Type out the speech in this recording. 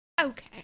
okay